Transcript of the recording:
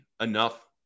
enough